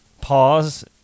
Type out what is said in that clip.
pause